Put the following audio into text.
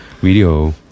video